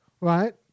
right